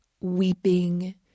weeping